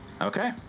Okay